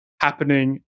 happening